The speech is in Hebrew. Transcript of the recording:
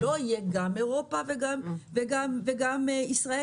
לא יהיה גם אירופה וגם ישראל,